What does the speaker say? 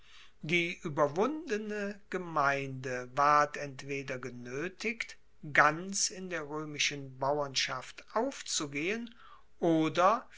die ueberwundene gemeinde ward entweder genoetigt ganz in der roemischen bauernschaft aufzugehen oder